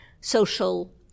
social